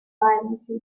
violently